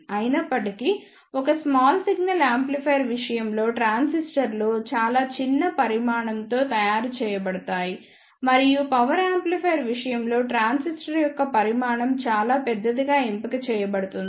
అయినప్పటికీ ఒక small signal amplifier విషయంలో ట్రాన్సిస్టర్లు చాలా చిన్న పరిమాణంతో తయారు చేయబడతాయి మరియు పవర్ యాంప్లిఫైయర్ విషయంలో ట్రాన్సిస్టర్ యొక్క పరిమాణం చాలా పెద్దదిగా ఎంపిక చేయబడుతుంది